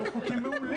נכון.